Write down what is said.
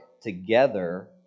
together